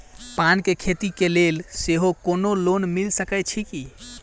पान केँ खेती केँ लेल सेहो कोनो लोन मिल सकै छी की?